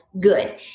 good